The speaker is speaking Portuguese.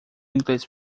inglês